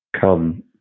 come